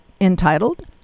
entitled